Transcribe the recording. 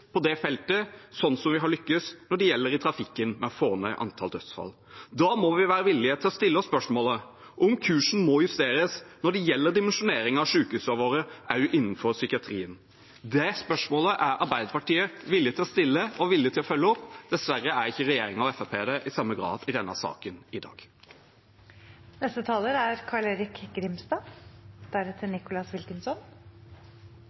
i trafikken med å få ned antall dødsfall. Da må vi være villige til å stille oss spørsmålet om hvorvidt kursen må justeres når det gjelder dimensjonering av sykehusene våre også innenfor psykiatrien. Det spørsmålet er Arbeiderpartiet villig til å stille og villig til å følge opp. Dessverre er ikke regjeringen og Fremskrittspartiet det i samme grad i denne saken i dag. Jeg takker for dette representantforslaget, for det gir oss grunn til å debattere sykehusfinansiering og sykehusstruktur – helseforetaksmodellen. Det er